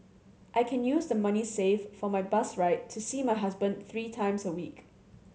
I can use the money saved for my bus ride to see my husband three times a week